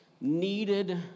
needed